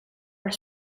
haar